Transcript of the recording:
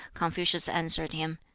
confucius answered him,